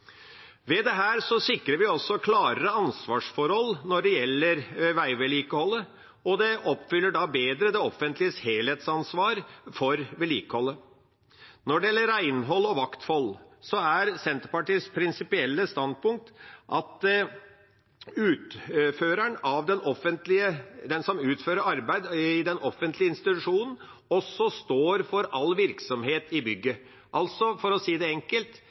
Ved dette sikrer vi også klarere ansvarsforhold når det gjelder veivedlikeholdet, og det oppfyller bedre det offentliges helhetsansvar for vedlikeholdet. Når det gjelder renhold og vakthold, er Senterpartiets prinsipielle standpunkt at den som utfører arbeid i den offentlige institusjonen, også står for all virksomhet i bygget. For å si det enkelt: